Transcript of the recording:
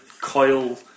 coil